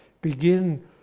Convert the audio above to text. begin